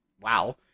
wow